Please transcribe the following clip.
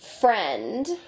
friend